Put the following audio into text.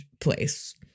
place